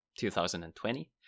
2020